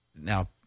now